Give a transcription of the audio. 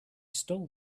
stole